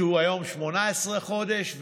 שהיום הוא 18 חודש,